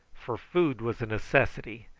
for food was a necessity,